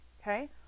Okay